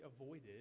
avoided